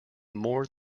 more